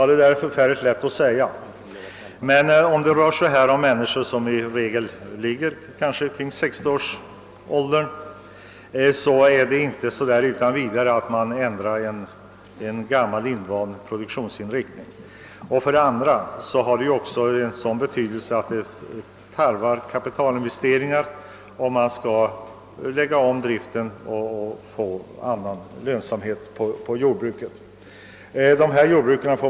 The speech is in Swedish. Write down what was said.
Det är mycket lätt att säga så, men för dessa människor, som i regel befinner sig i hög ålder, är det inte lätt att utan vidare ändra en gammal invand produktionsinriktning. Dessutom krävs en kapitalinvestering, om man skall lägga om driften av jordbruket för att nå lönsamhet på annat sätt.